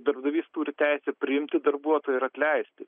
darbdavys turi teisę priimti darbuotoją ir atleisti